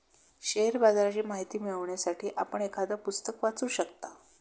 share बाजाराची माहिती मिळवण्यासाठी आपण एखादं पुस्तक वाचू शकता